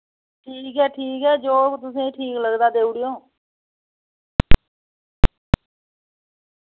ठीक ऐ ठीक ऐ जो तुसें ठीक लगदा देऊड़े ओ